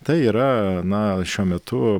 tai yra na šiuo metu